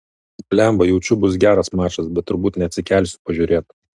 blemba jaučiu bus geras mačas bet turbūt neatsikelsiu pažiūrėt